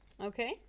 Okay